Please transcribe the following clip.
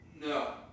No